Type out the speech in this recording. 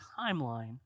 timeline